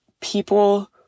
people